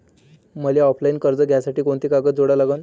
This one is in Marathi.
मले ऑफलाईन कर्ज घ्यासाठी कोंते कागद जोडा लागन?